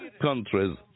countries